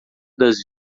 das